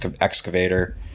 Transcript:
Excavator